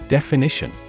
Definition